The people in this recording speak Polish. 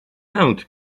pęd